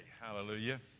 Hallelujah